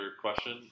question